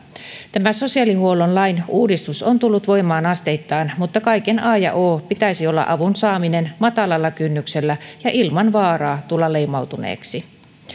tämä sosiaalihuollon lain uudistus on tullut voimaan asteittain mutta kaiken a ja o pitäisi olla avun saaminen matalalla kynnyksellä ja ilman vaaraa tulla leimautuneeksi